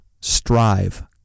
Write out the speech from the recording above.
Strive